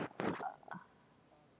uh